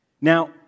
Now